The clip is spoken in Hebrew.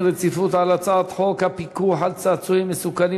רציפות על הצעת חוק הפיקוח על צעצועים מסוכנים,